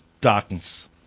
darkness